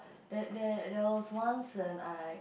there there there was once when I